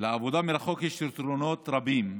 לעבודה מרחוק יש יתרונות רבים,